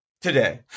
today